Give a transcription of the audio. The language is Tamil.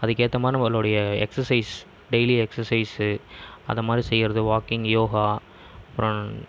அதுக்கு ஏற்றமாரி நம்மளுடைய எக்ஸசைஸ் டெய்லி எக்ஸசைஸு அதேமாரி செய்யறது வாக்கிங் யோகா அப்புறம்